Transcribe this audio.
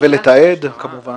ולתעד כמובן.